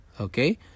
okay